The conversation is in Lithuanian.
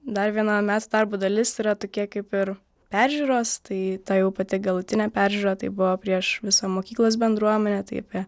dar viena mes darbo dalis yra tokia kaip ir peržiūros tai ta jau pati galutinė peržiūra tai buvo prieš visą mokyklos bendruomenę tai apie